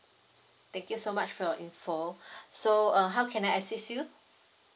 thank you so much for your info so uh how can I assist you